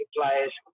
players